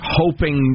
hoping